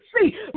see